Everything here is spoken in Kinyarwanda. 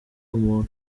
muntu